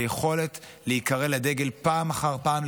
ביכולת להיקרא לדגל פעם אחר פעם,